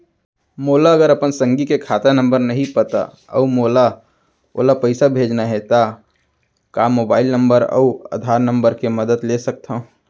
मोला अगर अपन संगी के खाता नंबर नहीं पता अऊ मोला ओला पइसा भेजना हे ता का मोबाईल नंबर अऊ आधार नंबर के मदद ले सकथव?